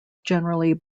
generally